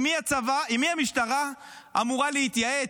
עם מי המשטרה אמורה להתייעץ?